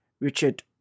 Richard